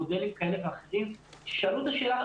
מודלים כאלה ואחרים ששאלו את השאלה,